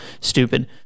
stupid